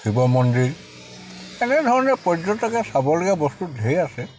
শিৱ মন্দিৰ এনেধৰণে পৰ্যটকে চাবলগীয়া বস্তু ধেৰ আছে